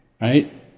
right